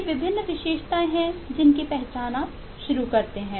ये विभिन्न विशेषताएं हैं जिनकी पहचान आप शुरू करते हैं